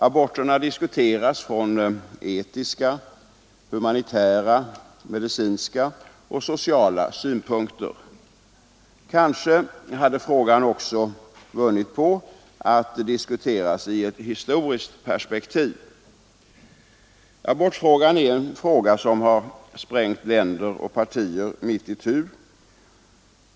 Aborterna diskuteras från etiska, humanitära, medicinska och sociala synpunkter. Kanske hade frågan vunnit på att också diskuteras i ett historiskt perspektiv. Abortfrågan har sprängt nationer och partier mitt itu.